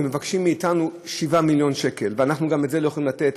ומבקשים מאתנו 7 מיליון שקל ואנחנו גם את זה לא יכולים לתת.